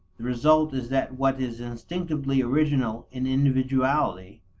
the result is that what is instinctively original in individuality,